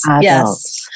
yes